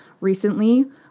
recently